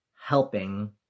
helping